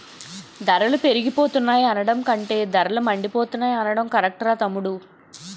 ధరలు పెరిగిపోతున్నాయి అనడం కంటే ధరలు మండిపోతున్నాయ్ అనడం కరెక్టురా తమ్ముడూ